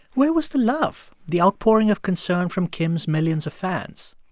where was the love, the outpouring of concern from kim's millions of fans?